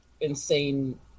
insane